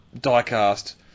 die-cast